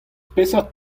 peseurt